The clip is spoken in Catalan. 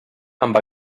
amb